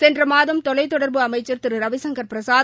சென்றமாதம் தொலைத் தொடர்பு அமைச்சர் திருரவிசங்கர் பிரசாத்